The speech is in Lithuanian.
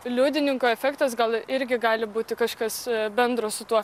liudininko efektas gal irgi gali būti kažkas bendro su tuo